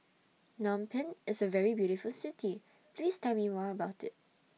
Phnom Penh IS A very beautiful City Please Tell Me More about IT